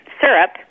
syrup